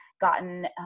gotten